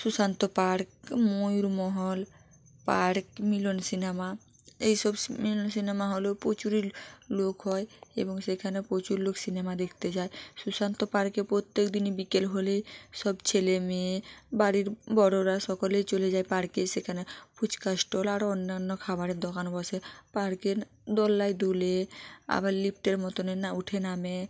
Sushant park Mayur Mahal park Milan cinema এই সবস cinema হলেও প্রচুরই লোক হয় এবং সেইখানে প্রচুর লোক সিনেমা দেখতে যায় সুশান্ত পার্কে প্রত্যেক দিন বিকেল হলে সব ছেলে মেয়ে বাড়ির বড়োরা সকলেই চলে যায় পার্কে সেখানে ফুচকা স্টল আরও অন্যান্য খাবারের দোকান বসে পার্কের দোলনায় দুলে আবার লিফটের মতনে না ওঠে নামে